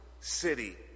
city